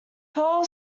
perl